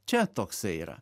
čia toksai yra